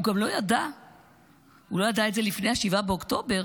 הוא לא ידע את זה לפני 7 באוקטובר,